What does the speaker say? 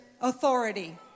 authority